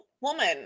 woman